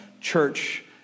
Church